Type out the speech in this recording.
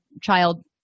child